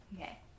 Okay